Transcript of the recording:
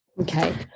Okay